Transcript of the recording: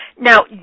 Now